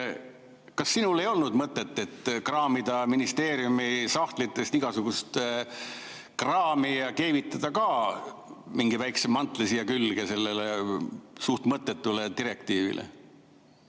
Kas sinul ei olnud mõtet kraamida ministeeriumi sahtlitest igasugust kraami välja ja keevitada mingi väike mantel sellele suht mõttetule direktiivile